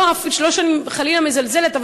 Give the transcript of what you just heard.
לא שאני חלילה מזלזלת,